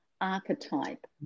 archetype